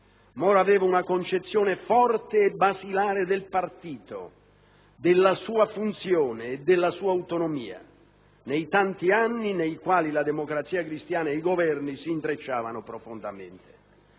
Moro aveva una concezione forte e basilare del partito, della sua funzione e della sua autonomia, nei tanti anni nei quali la Democrazia cristiana ed i Governi si intrecciavano profondamente.